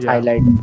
Highlight